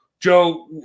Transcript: Joe